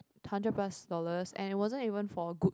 hundred plus dollars and it wasn't even for a good